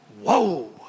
Whoa